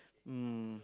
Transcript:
mm